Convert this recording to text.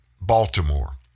Baltimore